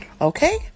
okay